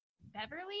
beverly